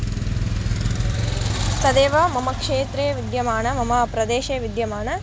तदेव मम क्षेत्रे विद्यमानः मम प्रदेशे विद्यमानः